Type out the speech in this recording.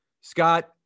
scott